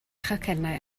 chacennau